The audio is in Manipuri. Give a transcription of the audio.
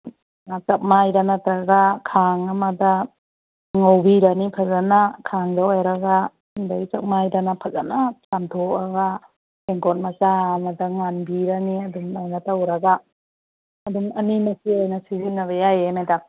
ꯆꯥꯛꯃꯥꯏꯗ ꯅꯠꯇ꯭ꯔꯒ ꯈꯥꯡ ꯑꯃꯗ ꯉꯧꯕꯤꯔꯅꯤ ꯐꯖꯅ ꯈꯥꯡꯗ ꯑꯣꯏꯔꯒ ꯑꯗꯩ ꯆꯥꯛꯃꯥꯏꯗꯅ ꯐꯖꯅ ꯆꯥꯝꯊꯣꯛꯑꯒ ꯇꯦꯡꯒꯣꯠ ꯃꯆꯥ ꯑꯃꯗ ꯉꯥꯟꯕꯤꯔꯅꯤ ꯑꯗꯨꯃꯥꯏꯅ ꯇꯧꯔꯒ ꯑꯗꯨꯝ ꯑꯅꯤꯃꯛꯀꯤ ꯑꯣꯏꯅ ꯁꯤꯖꯤꯟꯅꯕ ꯌꯥꯏꯌꯦ ꯃꯦꯗꯥꯝ